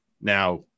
Now